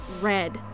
red